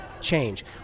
change